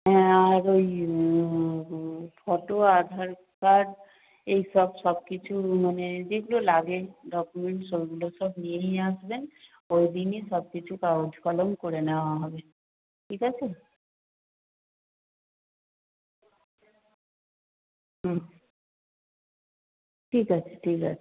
হ্যাঁ আর ওই ফটো আধার কার্ড এইসব সব কিছু মানে যেগুলো লাগে ডকুমেন্টস সেগুলো সব নিয়েই আসবেন ওই দিনই সব কিছু কাগজ কলম করে নেওয়া হবে ঠিক আছে হুম ঠিক আছে ঠিক আছে